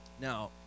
Now